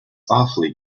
awfully